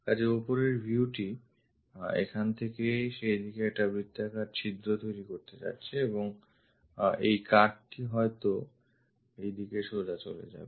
কাজেই ওপরের view টি এখান থেকে সেই দিকে একটি বৃত্তাকার ছিদ্র তৈরী করতে যাচ্ছে এবং এই কাট টি হয়ত এই দিকে সোজা চলে যাবে